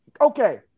Okay